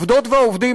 העובדות והעובדים,